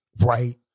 right